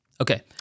Okay